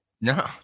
No